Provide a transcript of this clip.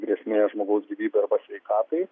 grėsmė žmogaus gyvybei arba sveikatai